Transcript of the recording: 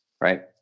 Right